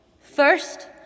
First